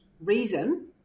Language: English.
reason